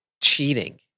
cheating